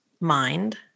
mind